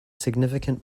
significant